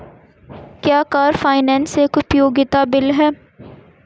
क्या car finance एक उपयोगिता बिल है?